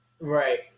Right